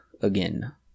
again